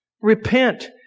Repent